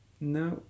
No